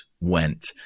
went